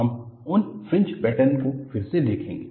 हम उन fringe pattern को फिर से देखेंगे